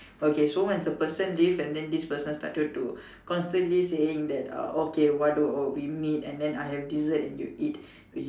okay so once the person leave and then this person started to constantly saying that uh okay why don't we meet and then I have dessert and you eat